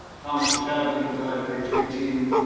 thomas, or tad, lincoln died at age eighteen.